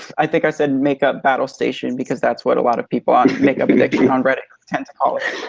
i think i said makeup battle station because that's what a lot of people on makeupaddiction on reddit tend to call it.